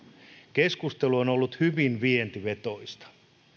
keskustelu on ollut hyvin vientivetoista